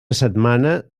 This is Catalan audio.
setmana